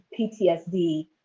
PTSD